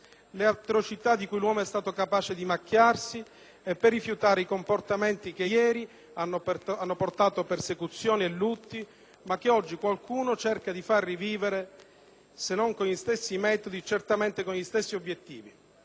le atrocità di cui l'uomo è stato capace di macchiarsi e per rifiutare i comportamenti che ieri hanno portato persecuzioni e lutti, ma che oggi qualcuno cerca di far rivivere, se non con gli stessi metodi, certamente con gli stessi obiettivi.